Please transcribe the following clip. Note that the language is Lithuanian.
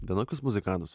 vienokius muzikantus